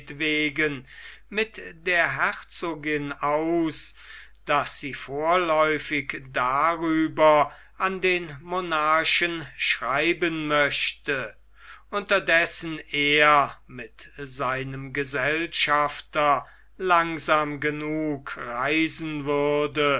wegen mit der herzogin aus daß sie vorläufig darüber an den monarchen schreiben möchte unterdessen er mit seinem gesellschafter langsam genug reisen würde